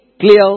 clear